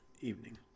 evening